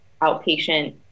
outpatient